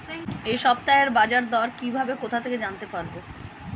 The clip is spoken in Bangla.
এই সপ্তাহের বাজারদর কিভাবে কোথা থেকে জানতে পারবো?